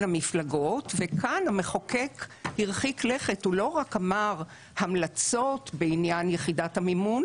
המפלגות וכאן המחוקק הרחיק לכת והוא לא רק אמר המלצות בעניין יחידת המימון